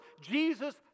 jesus